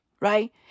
Right